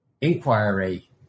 inquiry